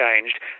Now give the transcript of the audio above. changed